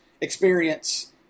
experience